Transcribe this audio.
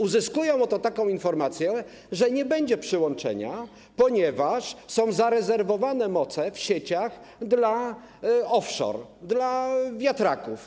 Uzyskują taką oto informację, że nie będzie przyłączenia, ponieważ są zarezerwowane moce w sieciach dla offshore, dla wiatraków.